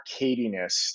arcadiness